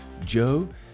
Joe